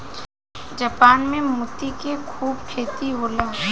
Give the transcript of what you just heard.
Japan में मोती के खूब खेती होला